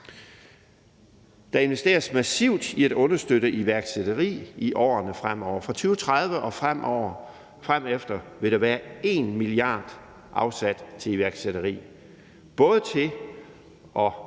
Der investeres massivt i at understøtte iværksætteri i årene fremover. Fra 2030 og fremefter vil der være 1 mia. kr. afsat til iværksætteri, både til at